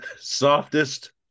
softest